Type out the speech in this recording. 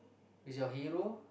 is your hero